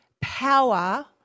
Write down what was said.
power